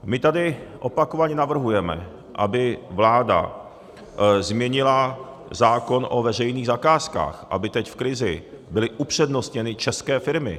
My tady opakovaně navrhujeme, aby vláda změnila zákon o veřejných zakázkách, aby teď v krizi byly upřednostněny české firmy.